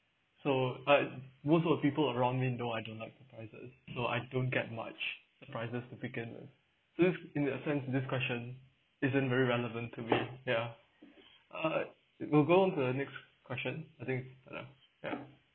so but most of the people around me know I don't like surprises so I don't get much surprises to begin with this in that sense this question isn't very relevant to me ya uh I it will go on to the next question I think uh ya